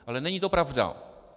Ale není to pravda.